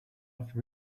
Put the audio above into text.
after